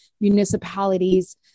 municipalities